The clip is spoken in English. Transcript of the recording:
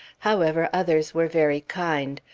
however, others were very kind.